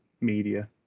media